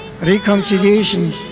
reconciliation